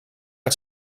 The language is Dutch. het